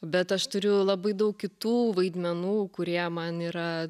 bet aš turiu labai daug kitų vaidmenų kurie man yra